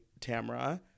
Tamra